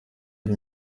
ari